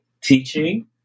teaching